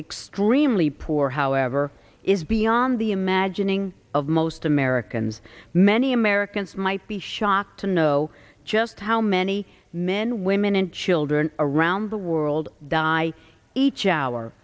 extremely poor however is beyond the imagining of most americans many americans might be shocked to know just how many men women and children around the world die each hour